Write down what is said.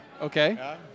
Okay